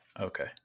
Okay